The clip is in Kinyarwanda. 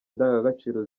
indangagaciro